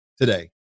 today